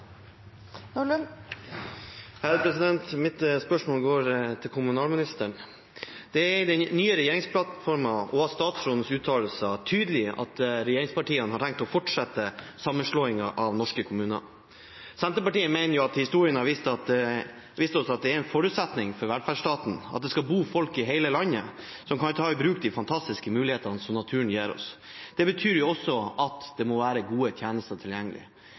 statsrådens uttalelser tydelig at regjeringspartiene har tenkt å fortsette sammenslåingen av norske kommuner. Senterpartiet mener historien har vist oss at det er en forutsetning for velferdsstaten at det skal bo folk i hele landet som kan ta i bruk de fantastiske mulighetene som naturen gir oss. Det betyr også at det må være gode tjenester tilgjengelig.